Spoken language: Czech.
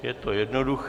Je to jednoduché.